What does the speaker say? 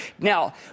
Now